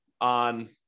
on